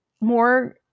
more